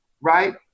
right